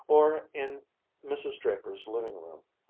or in mrs. draper's living-room,